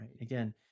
Again